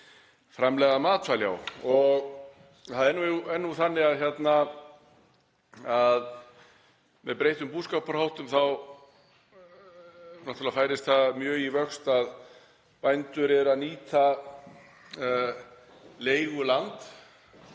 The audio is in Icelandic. nú þannig að með breyttum búskaparháttum þá náttúrlega færist það mjög í vöxt að bændur séu að nýta leiguland